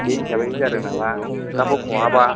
बे हिसाबै जादों नामा ओंखामबो खहाबा